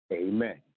amen